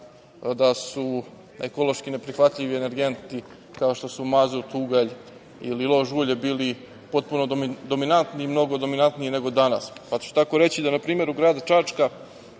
da su ekološki neprihvatljivi elementi, kao što su mazut, ugalj ili lož ulje, bili potpuno dominantni, mnogo dominantniji nego danas, pa ću tako reći na primeru grada Čačka. Grad